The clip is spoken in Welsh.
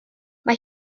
mae